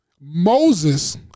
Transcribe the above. Moses